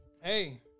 Hey